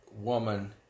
woman